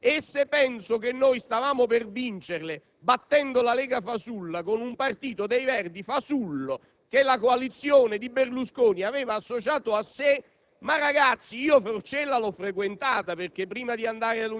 e il presidente Scalfaro, con cui tante polemiche abbiamo avuto in questi anni. Mi permetta, signor Presidente, ma se io leggo sul «Corriere della Sera» che il partito che loro hanno servito per una vita